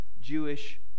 Jewish